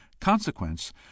consequence